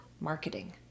marketing